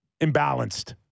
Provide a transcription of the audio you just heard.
imbalanced